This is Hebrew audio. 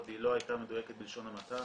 היא לא הייתה מדויקת בלשון המעטה.